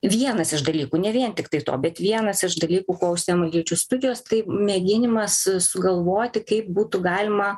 vienas iš dalykų ne vien tiktai to bet vienas iš dalykų kuo užsiėma lyčių studijos tai mėginimas sugalvoti kaip būtų galima